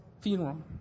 funeral